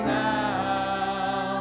now